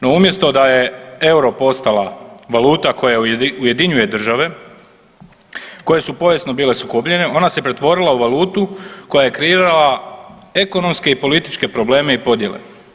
No umjesto da je euro postala valuta koja ujedinjuje države koje su povijesno bile sukobljene ona se pretvorila u valutu koja je kreirala ekonomske i političke probleme i podjele.